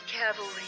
cavalry